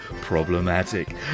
problematic